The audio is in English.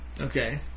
Okay